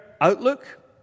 outlook